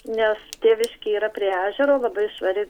nes tėviškė yra prie ežero labai švari